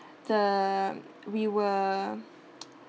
the we were